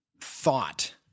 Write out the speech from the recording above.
thought